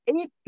eight